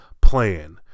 plan